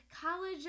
college